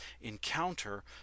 encounter